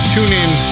TuneIn